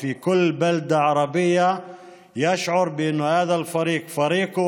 כל תושב ערבי בכל יישוב ערבי מרגיש שהקבוצה הזאת היא הקבוצה שלו,